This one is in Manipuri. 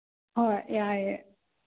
ꯍꯣꯏ ꯌꯥꯏꯌꯦ